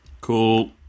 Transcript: Cool